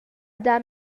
dar